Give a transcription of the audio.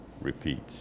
repeat